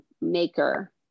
maker